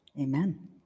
Amen